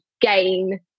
gain